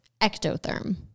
ectotherm